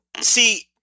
see